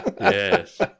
Yes